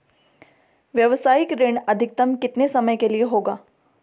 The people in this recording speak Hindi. व्यावसायिक ऋण अधिकतम कितने समय के लिए होगा?